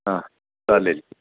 हां चालेल